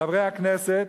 חברי הכנסת,